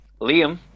liam